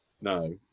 No